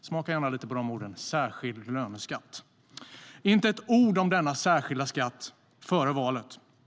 Smaka lite på de orden: särskild löneskatt. Det sas inte ett ord om denna särskilda skatt före valet.